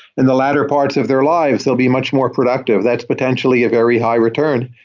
in the latter parts of their lives they'll be much more productive. that's potentially a very high return,